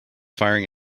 firing